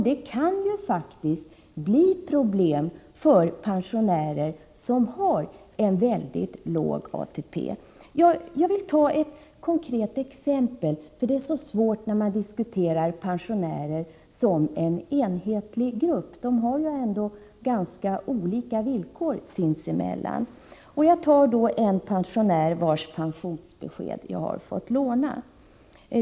Det kan faktiskt innebära problem för pensionärer som har mycket låg ATP. Jag vill ta ett konkret exempel, för det är svårt när man pratar om pensionärerna som en enhetlig grupp. De har ändå ganska olika villkor sinsemellan. Jag tar då som exempel en pensionär vars pensionsbesked jag har fått låna.